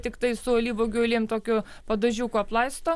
tiktai su alyvuogių aliejum tokiu padažiuku aplaisto